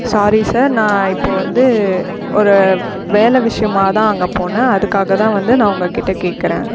sorry sir நான் இப்போது வந்து ஒரு வேலை விஷயமா தான் அங்கே போனேன் அதுக்காக தான் வந்து நான் உங்கக்கிட்ட கேட்குறேன்